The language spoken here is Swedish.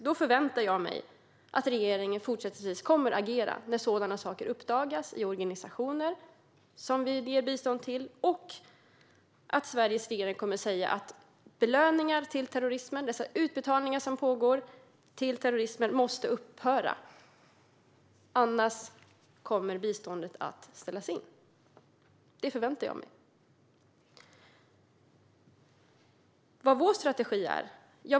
Då förväntar jag mig att regeringen fortsättningsvis kommer att agera när sådana saker uppdagas i organisationer som vi ger bistånd till och att Sveriges regering kommer att säga att utbetalningen av belöningar till terrorister måste upphöra, annars kommer biståndet att ställas in. Det förväntar jag mig. Vad är då vår strategi?